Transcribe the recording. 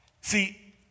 See